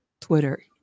Twitter